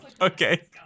Okay